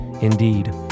indeed